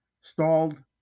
stalled